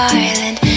island